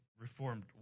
Reformed